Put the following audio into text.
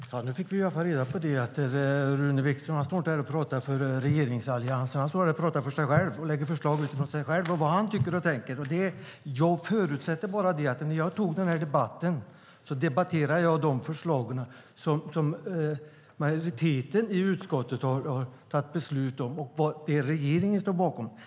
Herr talman! Nu fick vi i varje fall reda på att Rune Wikström inte står här och pratar för regeringens och Alliansens räkning. Han står här och pratar för sin egen räkning och lägger fram förslag utifrån vad han själv tycker och tänker. Men när jag tog den här debatten förutsatte jag att jag skulle debattera de förslag som majoriteten i utskottet har fattat beslut om och det som regeringen står bakom.